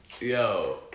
Yo